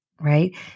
right